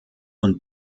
und